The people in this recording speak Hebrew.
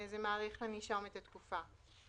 זה מאריך לנישום את התקופה.